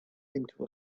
into